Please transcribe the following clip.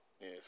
Yes